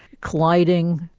colliding,